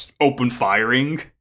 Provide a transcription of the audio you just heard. open-firing